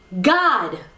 God